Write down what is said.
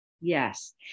Yes